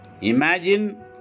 Imagine